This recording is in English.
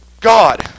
God